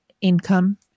income